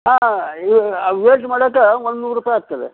ಹಾಂ ವೇಟ್ ಮಾಡೋಕ್ಕೆ ಒಂದು ನೂರು ರೂಪಾಯಿ ಆಗ್ತದೆ